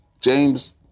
James